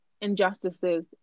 injustices